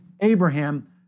Abraham